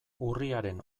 urriaren